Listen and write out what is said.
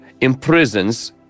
imprisons